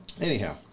Anyhow